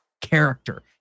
character